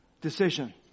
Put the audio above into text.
decision